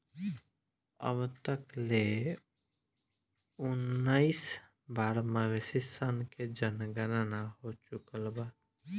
अब तक ले उनऽइस बार मवेशी सन के जनगणना हो चुकल बा